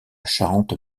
charente